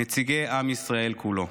נציגי עם ישראל כולו.